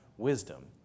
wisdom